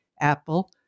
Apple